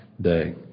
day